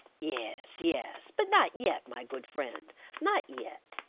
yes, yes. but not yet, my good friend not yet.